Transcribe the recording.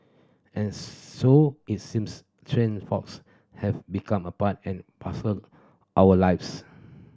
and so it seems train faults have become a part and parcel our lives